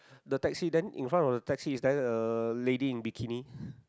the taxi then in front of a taxi is there a lady in bikini